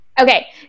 Okay